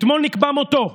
אתמול נקבע מותו.